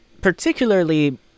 particularly